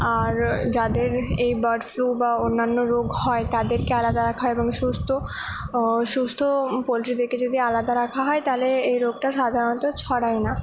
আর যাদের এই bird flu বা অন্যান্য রোগ হয় তাদেরকে আলাদা রাখা এবং সুস্থ সুস্থ পোলট্রি থেকে যদি আলাদা রাখা হয় তাহলে এই রোগটা সাধারণত ছড়ায় না